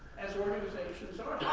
as organizations are